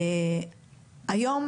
היום,